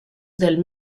del